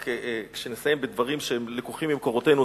אני אסיים בדברים שלקוחים ממקורותינו,